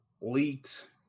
leaked